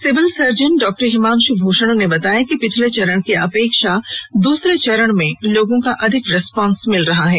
civil surgeon Dr Himanshu Bhushan ने बताया कि पहले चरण की अपेक्षा दूसरे चरण में लोगों का अधिक रिस्पांस मिल रहा है